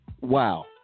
Wow